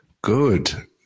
Good